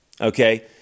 okay